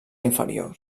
inferior